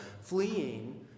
fleeing